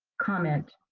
comment,